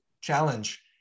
challenge